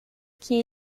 que